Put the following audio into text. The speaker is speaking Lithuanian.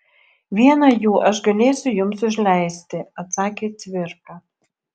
vieną jų aš galėsiu jums užleisti atsakė cvirka